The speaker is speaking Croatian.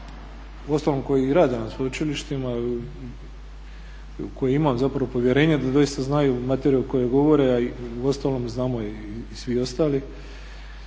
uostalom koji rade na sveučilištima u koje imam povjerenja da doista znaju materiju o kojoj govore, a i u ostalom znamo je i svi ostali,